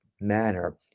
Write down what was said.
manner